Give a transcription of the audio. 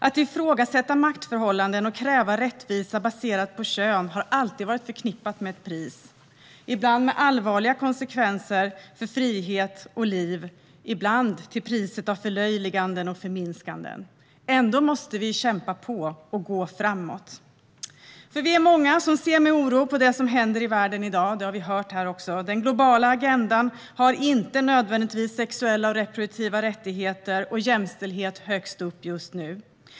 Att ifrågasätta maktförhållanden och kräva rättvisa baserat på kön har alltid varit förknippat med ett pris - ibland med allvarliga konsekvenser för frihet och liv, ibland till priset av förlöjliganden och förminskanden. Ändå måste vi kämpa på och gå framåt. Vi är många som ser med oro på det som händer i världen i dag, vilket vi också har hört här i kammaren. Den globala agendan har inte nödvändigtvis sexuella och reproduktiva rättigheter och jämställdhet högst upp just nu.